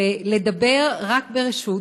ולדבר רק ברשות,